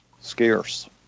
Scarce